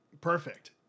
perfect